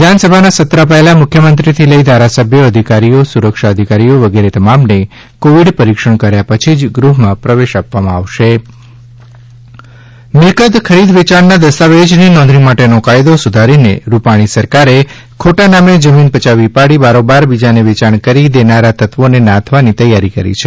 વિધાનસભાના સત્ર પહેલા મુખ્યમંત્રીથી લઈ ધારાસભ્યો અધિકારીઓ સુરક્ષા અધિકારીઓ વગેરે તમામને કોવિડ પરીક્ષણ કર્યા પછી જ ગુહ્માં પ્રવેશ આપવામાં આવશે મિલકત ખરીદ વેચાણ કાયદો સુધરશે મિલકત ખરીદ વેચાણના દસ્તાવેજની નોંધણી માટેનો કાયદો સુધારીને રૂપાણી સરકાર ખોટા નામે જમીન પયાવી પાડી બારોબાર બીજાને વેચાણ કરી દેનારા તત્વોને નાથવાની તૈયારી કરી છે